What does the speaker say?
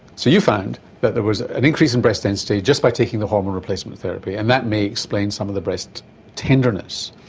so you found that there was an increase in breast density just by taking the hormone replacement therapy and that may explain some of the breast tenderness.